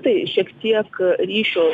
tai šiek tiek ryšio